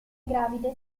gravide